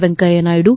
Venkaiah Naidu